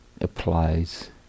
applies